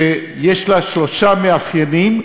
שיש לה שלושה מאפיינים,